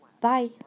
Bye